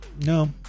no